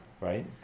right